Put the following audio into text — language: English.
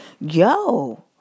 yo